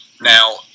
Now